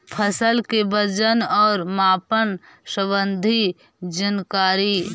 फसल के वजन और मापन संबंधी जनकारी?